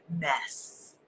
mess